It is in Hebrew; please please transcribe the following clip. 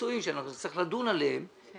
אנחנו לא נמשיך את החקיקה עד